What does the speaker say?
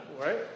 right